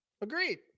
Agreed